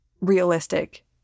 realistic